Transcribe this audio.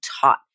taught